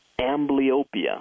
amblyopia